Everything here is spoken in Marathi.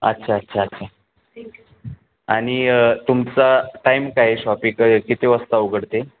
अच्छा अच्छा अच्छा आणि तुमचा टाईम काय आहे शॉपि किती वाजता उघडते